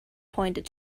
pointed